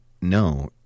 no